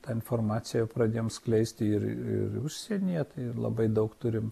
tą informaciją pradėjom skleisti ir ir užsienyje tai labai daug turim